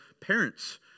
parents